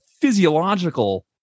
physiological